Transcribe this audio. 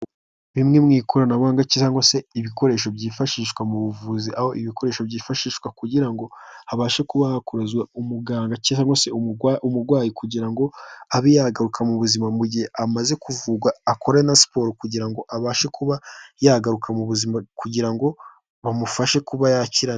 Bimwe mu ikoranabuhanga cyangwa se ibikoresho byifashishwa mu buvuzi, aho ibikoresho byifashishwa kugira ngo abashe kuba umuganga cyangwa se umurwayi kugira ngo abe yagaruka mu buzima, mu gihe amaze kuvurwa, akore na siporo kugira ngo abashe kuba yagaruka mu buzima, kugira ngo bamufashe kuba yakira.